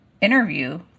interview